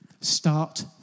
Start